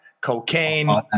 cocaine